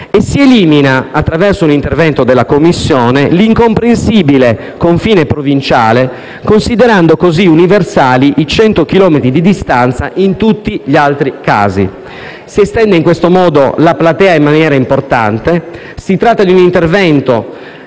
e si elimina, attraverso l'intervento della Commissione, l'incomprensibile confine provinciale, considerando così universali i 100 chilometri di distanza in tutti gli altri casi. Si estende in questo modo la platea in maniera importante. Si tratta di un intervento